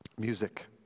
Music